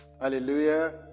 hallelujah